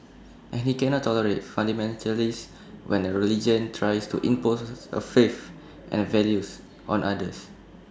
and he cannot tolerate fundamentalists when A religion tries to impose A faith and values on others